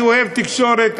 אני אוהב תקשורת,